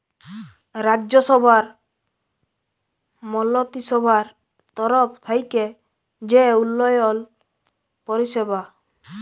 রাজ্যসভার মলত্রিসভার তরফ থ্যাইকে যে উল্ল্যয়ল পরিষেবা